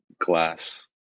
glass